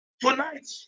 Tonight